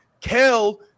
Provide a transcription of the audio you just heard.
Kel